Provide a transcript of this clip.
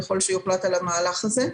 ככל שיוחלט על המהלך הזה,